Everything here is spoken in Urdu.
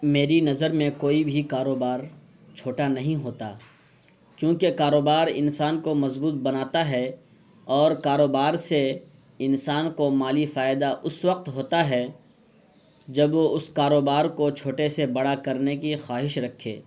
میری نظر میں کوئی بھی کاروبار چھوٹا نہیں ہوتا کیونکہ کاروبار انسان کو مضبوط بناتا ہے اور کاروبار سے انسان کو مالی فائدہ اس وقت ہوتا ہے جب وہ اس کاروبار کو چھوٹے سے بڑا کرنے کی خواہش رکھے